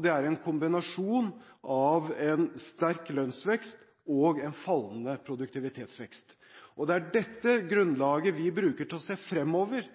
Det er en kombinasjon av en sterk lønnsvekst og en fallende produktivitetsvekst. Det er dette